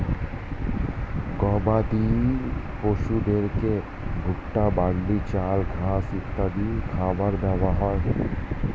গবাদি পশুদেরকে ভুট্টা, বার্লি, চাল, ঘাস ইত্যাদি খাবার দেওয়া হয়